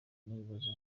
n’ibibazo